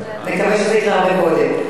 נקווה שזה יקרה הרבה קודם.